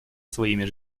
своими